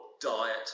diet